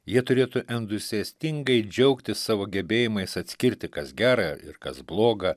jie turėtų endusiastingai džiaugtis savo gebėjimais atskirti kas gera ir kas bloga